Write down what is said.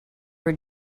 were